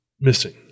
Missing